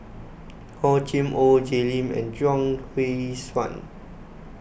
Hor Chim or Jay Lim and Chuang Hui Tsuan